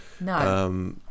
No